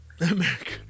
America